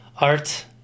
art